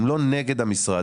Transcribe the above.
הם לא נגד המשרד.